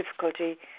difficulty